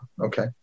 Okay